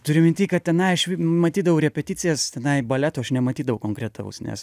turiu minty kad tenai matydavau repeticijas tenai baleto aš nematydavau konkretaus nes